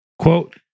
Quote